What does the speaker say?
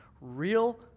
real